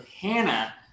Hannah